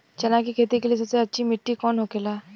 चना की खेती के लिए सबसे अच्छी मिट्टी कौन होखे ला?